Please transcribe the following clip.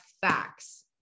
facts